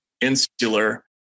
insular